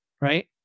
right